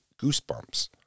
goosebumps